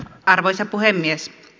arvoisa puhemies